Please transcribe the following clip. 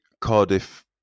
Cardiff